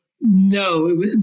No